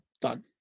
done